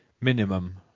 minimum